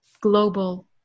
global